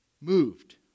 Moved